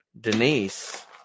Denise